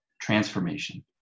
transformation